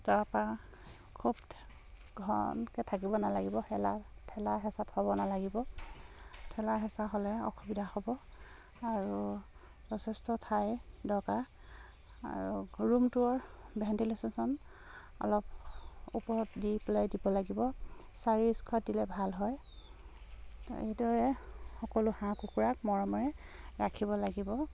তাৰপা খুব ঘনকে থাকিব নালাগিব খেলা ঠেলা হেঁচাত হ'ব নালাগিব হেঁচা হ'লে অসুবিধা হ'ব আৰু যথেষ্ট ঠাই দৰকাৰ আৰু ৰুমটোৰ ভেণ্টিলেচ্যন অলপ পেলাই দিব লাগিব চাৰি দিলে ভাল হয় এইদৰে সকলো হাঁহ কুকুৰাক মৰমেৰে ৰাখিব লাগিব